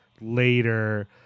later